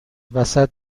وسط